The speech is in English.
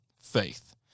faith